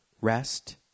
rest